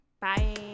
Bye